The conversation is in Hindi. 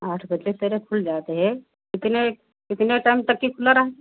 आठ बजे के रे खुल जाते है इतने इतने टाइम तक यह खुला रहे